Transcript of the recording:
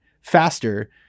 faster